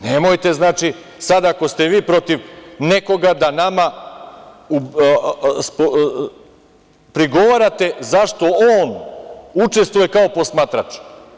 Nemojte, ako ste vi protiv nekoga, da nama prigovarate zašto on učestvuje kao posmatrač.